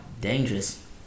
dangerous